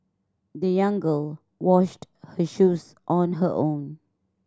the young girl washed her shoes on her own